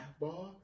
ball